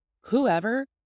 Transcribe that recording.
whoever